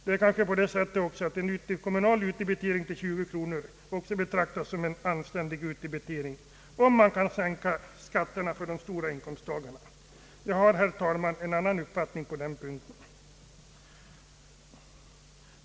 Det är kanske också på det sättet, att en kommunal utdebitering av 20 kronor betraktas som en anständig utdebitering, om man kan sänka skatterna för de stora inkomsttagarna. Jag har, herr talman, en annan uppfattning än högern på dessa punkter.